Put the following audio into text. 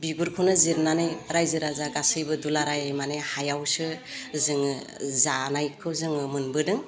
बिगुरखौनो जिरनानै रायजो राजा गासैबो दुलाराय माने हायावसो जोङो जानायखौ जोङो मोनबोदों